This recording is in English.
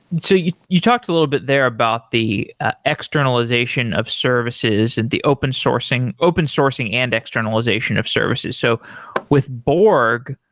you you talked a little bit there about the ah externalization of services and the open sourcing open sourcing and externalization of services. so with borg,